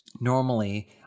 Normally